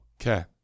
Okay